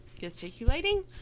gesticulating